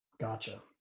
gotcha